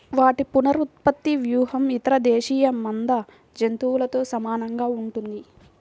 వాటి పునరుత్పత్తి వ్యూహం ఇతర దేశీయ మంద జంతువులతో సమానంగా ఉంటుంది